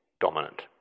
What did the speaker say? dominant